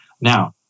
Now